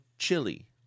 chili